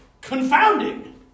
confounding